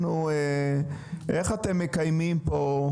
איך אתם מקיימים פה,